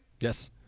Yes